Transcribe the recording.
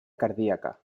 cardíaca